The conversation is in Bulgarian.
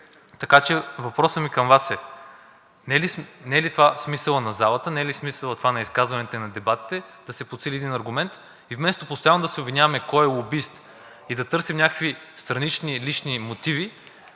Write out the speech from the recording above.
Така че въпросът ми към Вас е: не е ли това смисълът на залата, не е ли това смисълът на изказванията и на дебатите – да се подсили един аргумент. И вместо постоянно да се обвиняваме кой е лобист и да търсим някакви странични, лични мотиви,